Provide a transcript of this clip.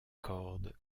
corde